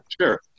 sure